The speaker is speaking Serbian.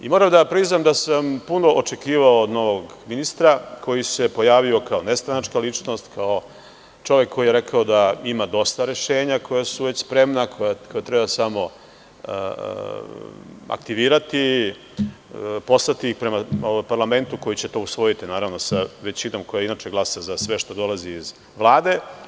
Moram da priznam da sam puno očekivao od novog ministra koji se pojavio kao ne stranačka ličnost, kao čovek koji je rekao da ima dosta rešenja koja su već spremna koja treba samo aktivirati, poslati ih prema parlamentu koji će to usvojiti, naravno sa većinom koja inače glasa za sve što dolazi iz Vlade.